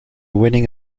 winning